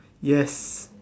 yes